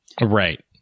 Right